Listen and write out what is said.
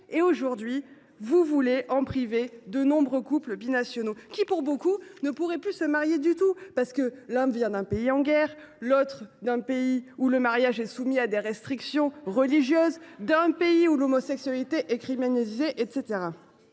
! Aujourd’hui, vous entendez priver de ces droits de nombreux couples binationaux, qui, pour beaucoup, ne pourraient plus se marier du tout, parce que l’un des époux vient d’un pays en guerre, d’un pays où le mariage est soumis à des restrictions religieuses, d’un pays où l’homosexualité est criminalisée.